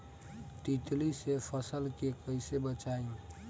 तितली से फसल के कइसे बचाई?